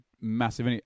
massive